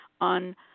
on